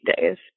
days